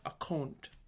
account